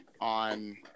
on